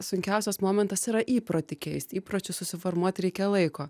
sunkiausias momentas yra įprotį keist įpročius susiformuot reikia laiko